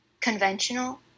conventional